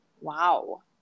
Wow